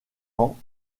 ans